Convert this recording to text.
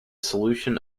solution